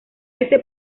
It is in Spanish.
ese